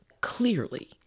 clearly